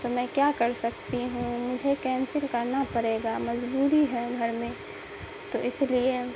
تو میں کیا کر سکتی ہوں مجھے کینسل کرنا پڑے گا مجبوری ہے گھر میں تو اس لیے